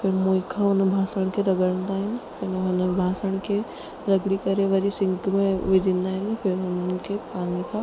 फिर मुई खां उन ॿासण खे रगड़ंदा आहिनि हिन हुन ॿासण खे रगिड़ी करे वरी सिंक में विझींदा आहिनि फिर हुननि खे पाणी खां